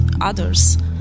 others